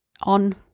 on